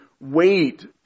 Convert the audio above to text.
wait